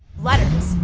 letterz,